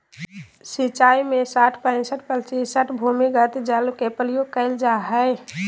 सिंचाई में साठ पईंसठ प्रतिशत भूमिगत जल के प्रयोग कइल जाय हइ